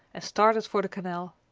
and started for the canal.